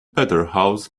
peterhouse